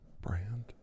brand